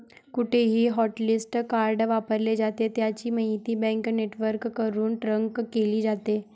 कुठेही hotlist card वापरले जाते, त्याची माहिती बँक नेटवर्कवरून ट्रॅक केली जाते